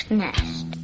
nest